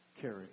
carry